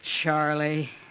Charlie